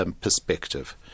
perspective